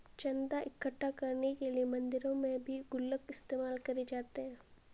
चन्दा इकट्ठा करने के लिए मंदिरों में भी गुल्लक इस्तेमाल करे जाते हैं